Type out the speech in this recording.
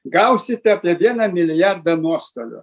gausite apie vieną milijardą nuostolių